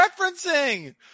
referencing